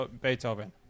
Beethoven